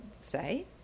say